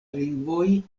lingvoj